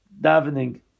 davening